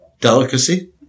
delicacy